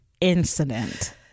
incident